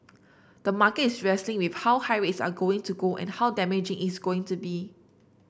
the market is wrestling with how high rates are going to go and how damaging is going to be